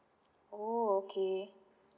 orh okay